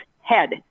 head